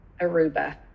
Aruba